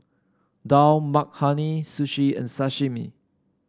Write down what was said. Dal Makhani Sushi and Sashimi